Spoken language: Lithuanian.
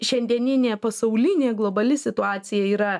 šiandieninė pasaulinė globali situacija yra